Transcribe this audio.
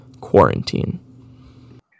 quarantine